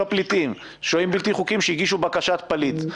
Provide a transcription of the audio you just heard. מאוד שוהים בלתי חוקיים שהגישו בקשת פליט.